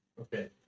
Okay